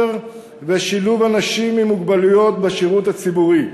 ושילוב אנשים עם מוגבלויות בשירות הציבורי.